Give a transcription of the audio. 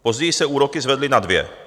Později se úroky zvedly na dvě.